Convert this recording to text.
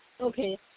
okay